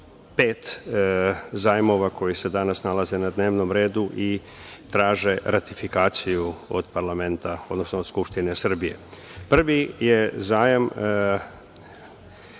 pet zajmova koji se danas nalaze na dnevnom redu i traže ratifikaciju od parlamenta, odnosno od Skupštine Srbije. Prvi je zajam